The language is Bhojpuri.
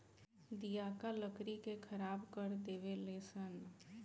दियाका लकड़ी के खराब कर देवे ले सन